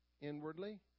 inwardly